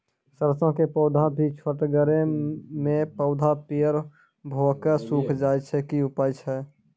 सरसों के पौधा भी छोटगरे मे पौधा पीयर भो कऽ सूख जाय छै, की उपाय छियै?